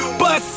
bust